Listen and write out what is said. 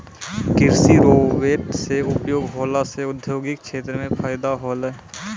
कृषि रोवेट से उपयोग होला से औद्योगिक क्षेत्र मे फैदा होलै